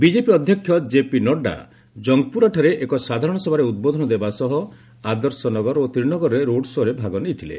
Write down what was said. BJP ଅଧ୍ୟକ୍ଷ JP Nadda କଙ୍ଗପୁରଠାରେ ଏକ ସାଧାରଣସଭାରେ ଉଦ୍ବୋଧନ ଦେବା ସହ ଆଦର୍ଶନଗର ଓ ତ୍ରିନଗରରେ ରୋଡ୍ଶୋରେ ଭାଗ ନେଇଥିଳେ